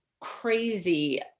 crazy